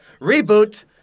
Reboot